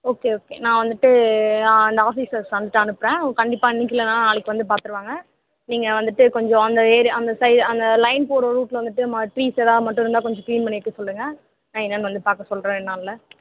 okay okay நான் வந்துட்டு நான் அந்த ஆஃபீஸர்ஸ் வந்துட்டு அனுப்புகிறேன் கண்டிப்பாக இன்றைக்கு இல்லைன்னா நாளைக்கு வந்து பார்த்துருவாங்க நீங்கள் வந்துட்டு கொஞ்சம் அந்த ஏரியா அந்த சைடு அந்த லைன் போகிற ரூட்டில் வந்துட்டு ம ட்ரீஸ் எதாவது மட்டும் இருந்தால் அதை க்ளீன் பண்ணிட்டு சொல்லுங்கள் நான் என்னென்னு வந்து பார்க்க சொல்கிறேன் ரெண்டு நாளில்